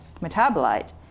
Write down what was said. metabolite